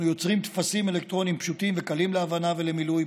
אנחנו יוצרים טפסים אלקטרוניים פשוטים וקלים להבנה ולמילוי,